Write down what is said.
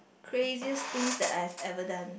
craziest things that I have ever done